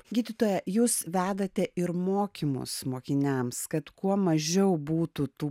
gydytoja jūs vedate ir mokymus mokiniams kad kuo mažiau būtų tų